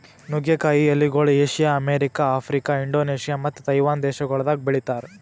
ನುಗ್ಗೆ ಕಾಯಿ ಎಲಿಗೊಳ್ ಏಷ್ಯಾ, ಅಮೆರಿಕ, ಆಫ್ರಿಕಾ, ಇಂಡೋನೇಷ್ಯಾ ಮತ್ತ ತೈವಾನ್ ದೇಶಗೊಳ್ದಾಗ್ ಬೆಳಿತಾರ್